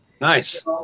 Nice